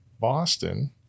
Boston